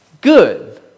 good